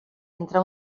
entre